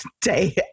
day